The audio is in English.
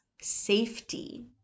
safety